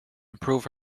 improve